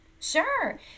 Sure